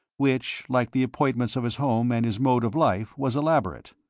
which, like the appointments of his home and his mode of life, was elaborate.